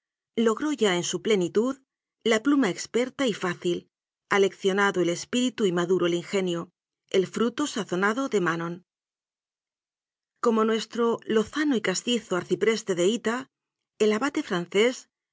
logró ya en su ple nitud la pluma experta y fácil aleccionado el es píritu y maduro el ingenio el fruto sazonado de manon como nuestro lozano y castizo arcipreste de hita el abate francés